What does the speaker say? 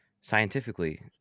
scientifically